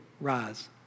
rise